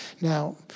Now